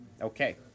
Okay